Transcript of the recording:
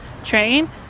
train